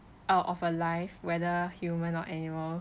uh of a life whether human or animal